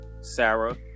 Sarah